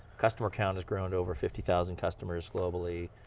customer count has grown to over fifty thousand customers globally.